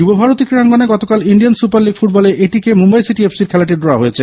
যুবভারতী ক্রীড়াঙ্গণে গতকাল Indian super league ফুটবলে এটিকে মুম্বাই সিটি এফসি র খেলাটি ড্র হয়েছে